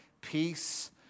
peace